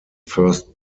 first